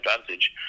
advantage